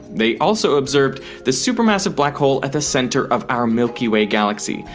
they also observed the supermassive black hole at the center of our milky way galaxy,